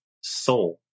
soul